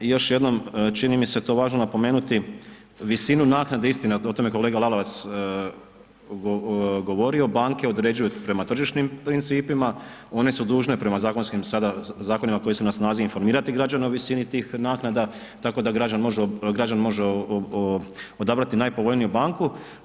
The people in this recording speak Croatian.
I još jednom čini mi se to važno napomenuti, visinu naknade istina o tome je kolega Lalovac govorio banke određuju prema tržišnim principima, one su dužne prema zakonima koji su na snazi informirati o visini tih naknada tako da građanin može odabrati najpovoljniju banku.